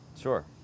Sure